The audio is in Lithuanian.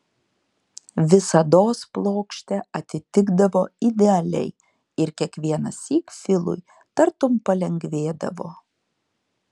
visados plokštė atitikdavo idealiai ir kiekvienąsyk filui tartum palengvėdavo